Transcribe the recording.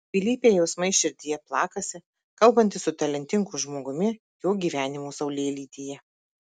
dvilypiai jausmai širdyje plakasi kalbantis su talentingu žmogumi jo gyvenimo saulėlydyje